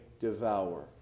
devour